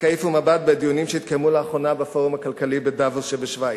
רק העיפו מבט בדיונים שהתקיימו לאחרונה בפורום הכלכלי בדבוס שבשווייץ.